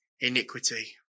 iniquity